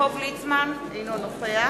אינו נוכח